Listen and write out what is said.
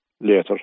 later